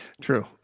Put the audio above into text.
True